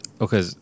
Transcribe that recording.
Okay